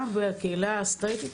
גם בקהילה הסטרייטית,